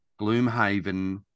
gloomhaven